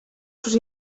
sus